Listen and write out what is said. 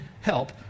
help